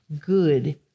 good